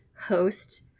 host